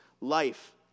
life